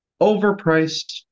Overpriced